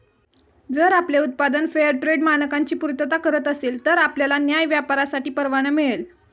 जर आपले उत्पादन फेअरट्रेड मानकांची पूर्तता करत असेल तर आपल्याला न्याय्य व्यापारासाठी परवाना मिळेल